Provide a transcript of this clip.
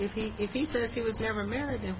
if he if he says he was never married and